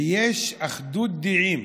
ויש אחדות דעים,